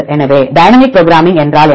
எனவே dynamic programming என்றால் என்ன